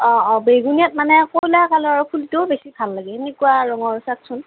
অ অ বেঙুনীয়াত মানে ক'লা কালাৰৰ ফুলটো বেছি ভাল লাগে এনেকুৱা ৰঙৰ চাওকচোন